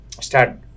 start